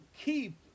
keep